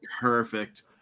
perfect